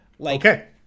Okay